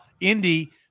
Indy